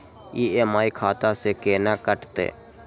EMI खाता से केना कटते?